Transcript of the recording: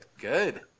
good